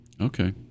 Okay